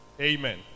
Amen